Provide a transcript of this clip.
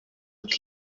uko